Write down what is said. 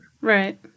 right